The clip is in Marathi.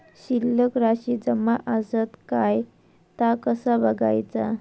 शिल्लक राशी जमा आसत काय ता कसा बगायचा?